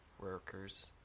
workers